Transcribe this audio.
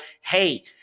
hey